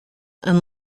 and